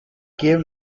gave